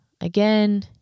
again